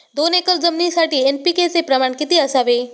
दोन एकर जमीनीसाठी एन.पी.के चे प्रमाण किती असावे?